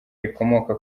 rikomoka